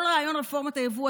כל רעיון רפורמת היבוא,